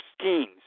schemes